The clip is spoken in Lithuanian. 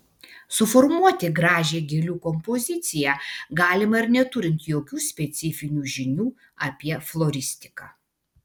suformuoti gražią gėlių kompoziciją galima ir neturint jokių specifinių žinių apie floristiką